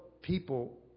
people